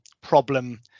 problem